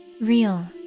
real